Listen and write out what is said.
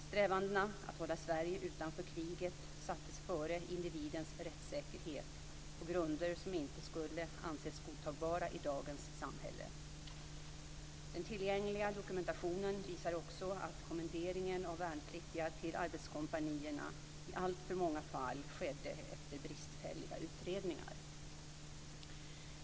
Strävandena att hålla Sverige utanför kriget sattes före individens rättssäkerhet på grunder som inte skulle anses godtagbara i dagens samhälle. Den tillgängliga dokumentationen visar också att kommenderingen av värnpliktiga till arbetskompanierna i alltför många fall skedde efter bristfälliga utredningar.